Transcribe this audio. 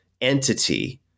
entity